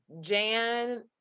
Jan